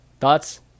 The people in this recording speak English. thoughts